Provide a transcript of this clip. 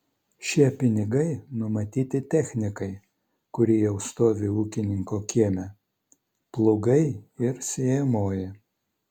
šie pinigai numatyti technikai kuri jau stovi ūkininko kieme plūgai ir sėjamoji